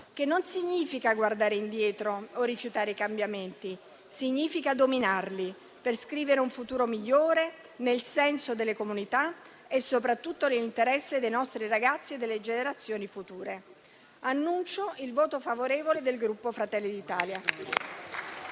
ciò non significa guardare indietro o rifiutare i cambiamenti: significa dominarli per scrivere un futuro migliore nel senso delle comunità e soprattutto nell'interesse dei nostri ragazzi e delle generazioni future. Annuncio il voto favorevole del Gruppo Fratelli d'Italia.